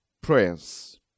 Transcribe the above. prayers